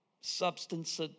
substance